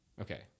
Okay